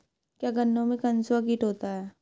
क्या गन्नों में कंसुआ कीट होता है?